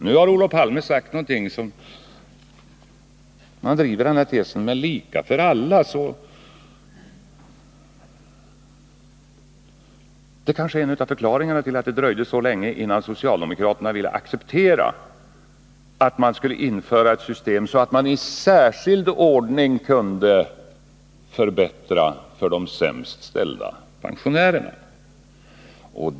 Nu driver Olof Palme tesen ”lika för alla”. Det kanske är en av förklaringarna till att det dröjde så länge innan socialdemokraterna ville acceptera införandet av ett system, så att man i särskild ordning kunde förbättra för de sämst ställda pensionärerna.